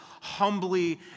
humbly